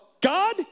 God